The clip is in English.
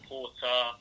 Porter